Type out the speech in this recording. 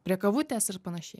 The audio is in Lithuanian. prie kavutės ir panašiai